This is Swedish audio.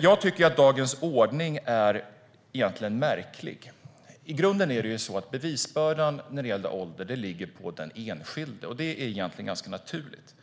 Jag tycker att dagens ordning är märklig. I grunden ligger bevisbördan när det gäller ålder på den enskilde. Det är naturligt.